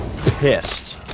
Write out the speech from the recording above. pissed